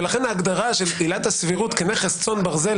ולכן ההגדרה של עילת הסבירות כנכס צאן ברזל